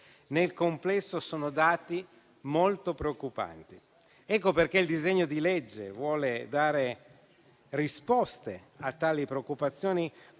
Nel complesso, sono dati molto preoccupanti. Ecco perché il disegno di legge vuole dare risposte a tali preoccupazioni con